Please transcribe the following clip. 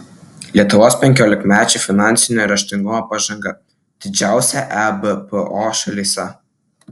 lietuvos penkiolikmečių finansinio raštingumo pažanga didžiausia ebpo šalyse